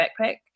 backpack